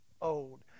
old